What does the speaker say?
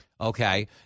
Okay